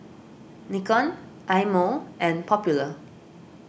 Nikon Eye Mo and Popular